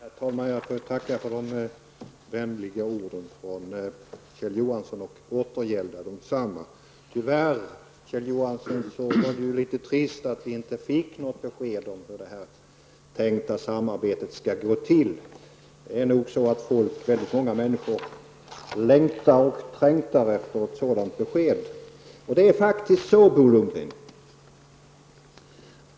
Herr talman! Jag får tacka för de vänliga orden från Kjell Johansson och återgälda det samma. Det var litet trist, Kjell Johansson, att vi inte fick något besked om hur det tänkta samarbetet skall gå till. Väldigt många människor längtar och trängtar efter ett sådant besked.